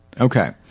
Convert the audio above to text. Okay